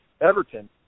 Everton